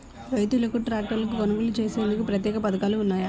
రైతులకు ట్రాక్టర్లు కొనుగోలు చేసేందుకు ప్రత్యేక పథకాలు ఉన్నాయా?